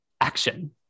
action